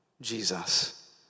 Jesus